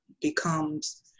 becomes